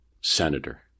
senator